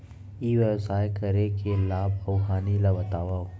ई व्यवसाय करे के लाभ अऊ हानि ला बतावव?